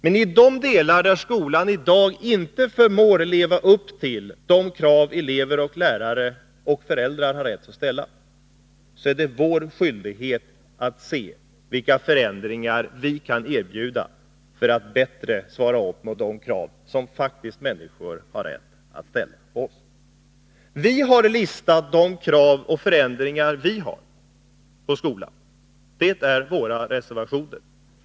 Men i de delar där skolan i daginte förmår leva upp till de krav elever och lärare och föräldrar har rätt att ställa, är det vår skyldighet att se vilka förändringar vi kan erbjuda för att den bättre skall svara mot de krav som människor faktiskt har rätt att ställa på den. Vi har listat de krav på förändringar av skolan som vi har — det är våra reservationer.